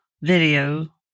video